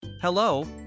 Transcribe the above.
Hello